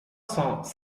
cents